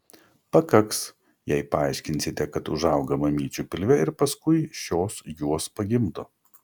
pakaks jei paaiškinsite kad užauga mamyčių pilve ir paskui šios juos pagimdo